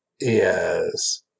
Yes